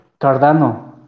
Cardano